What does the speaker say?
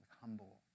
humble